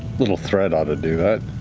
little thread ought to do that.